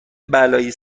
بلایی